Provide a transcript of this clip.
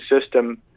system